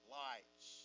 lights